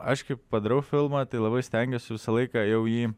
aš kai padarau filmą tai labai stengiuosi visą laiką jau jį